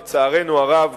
לצערנו הרב,